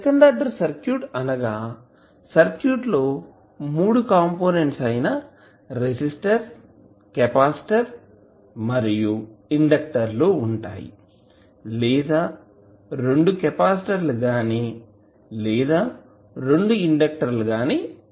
second order circuit అనగా circuit లో 3 components అయిన రెసిస్టర్ కెపాసిటర్ మరియు ఇండక్టర్ లు ఉంటాయి లేదా 2 కెపాసిటర్లు గాని లేదా 2 ఇండక్టర్ లు గాని ఉంటాయి